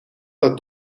dat